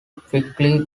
quickly